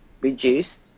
reduced